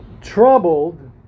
troubled